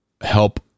help